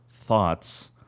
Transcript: thoughts